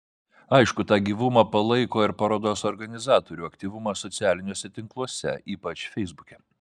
aišku tą gyvumą palaiko ir parodos organizatorių aktyvumas socialiniuose tinkluose ypač feisbuke